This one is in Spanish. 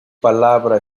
palabra